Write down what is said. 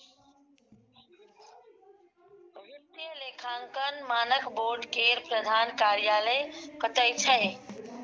वित्तीय लेखांकन मानक बोर्ड केर प्रधान कार्यालय कतय छै